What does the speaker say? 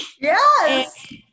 Yes